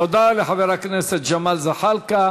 תודה לחבר הכנסת ג'מאל זחאלקה.